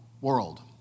world